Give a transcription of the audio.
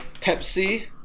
Pepsi